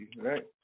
right